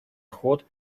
ход